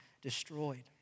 destroyed